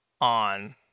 on